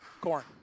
corn